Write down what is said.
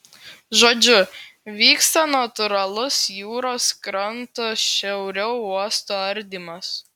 žodžiu vyksta natūralus jūros kranto šiauriau uosto ardymas